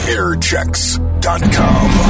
Airchecks.com